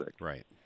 Right